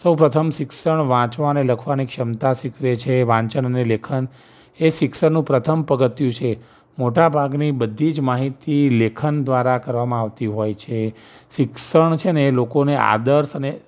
સૌપ્રથમ શિક્ષણ વાંચવાને લખવાની ક્ષમતા શીખવે છે વાંચન અને લેખન એ શિક્ષણનું પ્રથમ પગથિયું છે મોટાં ભાગની બધી જ માહિતી લેખન દ્વારા કરવામાં આવતી હોય છે શિક્ષણ છે ને એ લોકોને આદર્શ અને